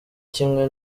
kimwe